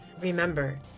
Remember